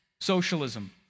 socialism